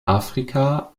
afrika